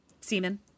semen